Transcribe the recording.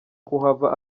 kuhava